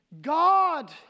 God